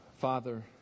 Father